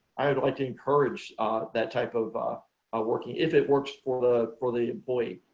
i would like to encourage that type of working if it works for the for the employee.